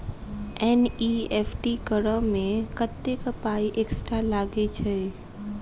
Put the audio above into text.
NEFT करऽ मे कत्तेक पाई एक्स्ट्रा लागई छई?